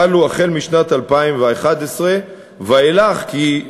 חלו החל משנת 2011 ואילך כי,